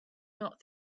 not